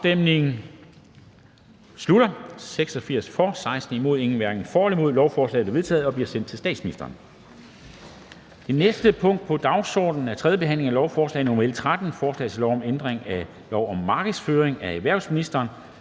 stemte 16 (DF, NB, LA, FG og ALT), hverken for eller imod stemte 0. Lovforslaget er vedtaget og bliver sendt til statsministeren. --- Det næste punkt på dagsordenen er: 10) 3. behandling af lovforslag nr. L 13: Forslag til lov om ændring af lov om markedsføring. (Gennemførelse